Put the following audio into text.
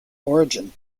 origin